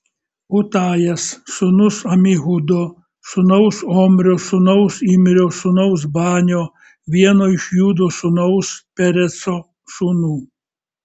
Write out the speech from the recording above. utajas sūnus amihudo sūnaus omrio sūnaus imrio sūnaus banio vieno iš judo sūnaus pereco sūnų